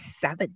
seven